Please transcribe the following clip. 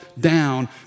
down